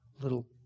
little